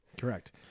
Correct